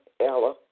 Ella